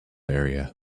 area